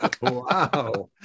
wow